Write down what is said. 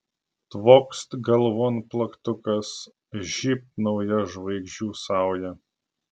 tvokst galvon plaktukas žybt nauja žvaigždžių sauja